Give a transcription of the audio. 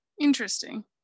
interesting